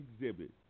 exhibit